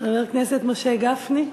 חבר הכנסת משה גפני.